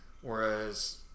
Whereas